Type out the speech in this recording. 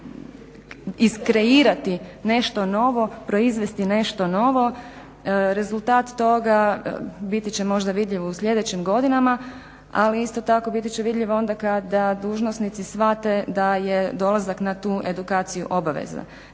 iskreirati nešto novo, proizvesti nešto novo. Rezultat toga biti će možda vidljiv u sljedećim godinama. Ali isto tako biti će vidljiv onda kada dužnosnici shvate da je dolazak na tu edukaciju obavezan.